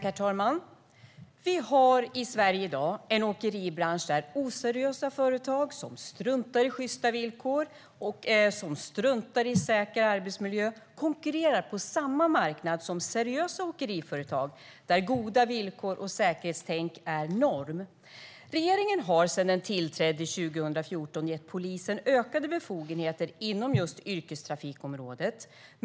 Herr talman! Vi har i Sverige i dag en åkeribransch där oseriösa företag som struntar i sjysta villkor och säker arbetsmiljö konkurrerar på samma marknad som seriösa åkeriföretag, där goda villkor och säkerhetstänk är norm. Regeringen har sedan den tillträdde 2014 gett polisen ökade befogenheter inom just yrkestrafikområdet.